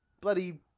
bloody